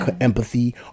empathy